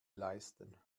leisten